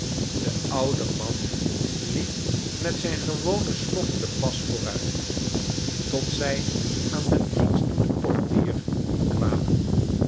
de oude man liep met zijn gewo nen sloffenden pas vooruit tot zij aan den dienstdoenden portier kwamen